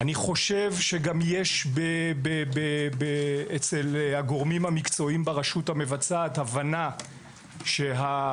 אני חושב שגם יש אצל הגורמים המקצועיים ברשות המבצעת הבנה שהיישום